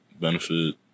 benefit